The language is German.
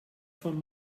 von